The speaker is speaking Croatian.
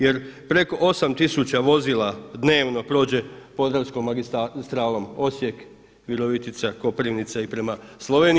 Jer preko 8000 vozila dnevno prođe Podravskom magistralom Osijek – Virovitica – Koprivnica i prema Sloveniji.